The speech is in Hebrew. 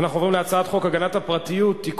אנחנו עוברים להצעת חוק הגנת הפרטיות (תיקון,